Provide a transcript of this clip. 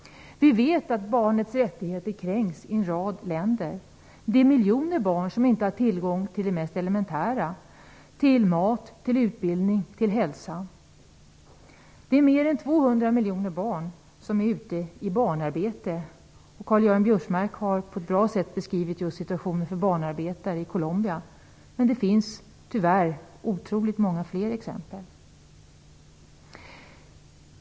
Vi vet att barnets rättigheter kränks i en rad länder. Det är miljoner barn som inte har tillgång till det mest elementära, till mat, utbildning och hälsa. Det är mer än 200 miljoner barn som är ute i barnarbete. Karl-Göran Biörsmark har på ett bra sätt beskrivit just situationen för barnarbetare i Colombia. Men det finns tyvärr otroligt många fler exempel.